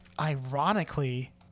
ironically